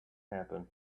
happen